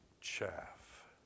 chaff